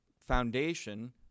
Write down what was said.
foundation